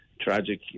tragic